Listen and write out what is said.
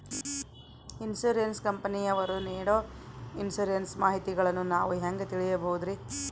Insurance ಕಂಪನಿಯವರು ನೇಡೊ insurance ಮಾಹಿತಿಗಳನ್ನು ನಾವು ಹೆಂಗ ತಿಳಿಬಹುದ್ರಿ?